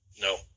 No